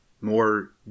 more